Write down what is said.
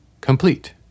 complete